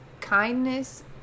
kindness